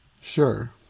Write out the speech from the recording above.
Sure